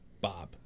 Bob